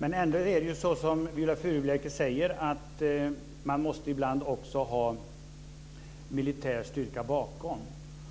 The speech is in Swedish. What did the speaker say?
Ändå är det ju så som Viola Furubjelke säger, att man ibland också måste ha militär styrka bakom.